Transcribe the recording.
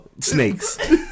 snakes